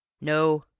no,